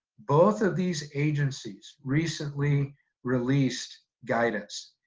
both of these agencies recently released guidance,